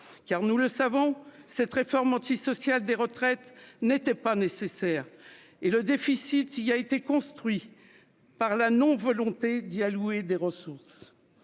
car nous le savons. Cette réforme antisociale des retraites n'était pas nécessaire. Et le déficit. Il a été construit par la non volonté d'y allouer des ressources.